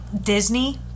Disney